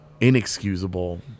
inexcusable